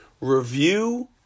review